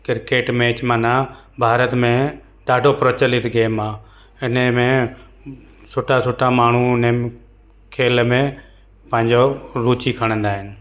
cricket match माना भारत में ॾाढो प्रचलित गेम आहे हिने में सुठा सुठा माण्हू हुन खेल में पंहिंजो रुची खणंदा आहिनि